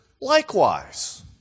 likewise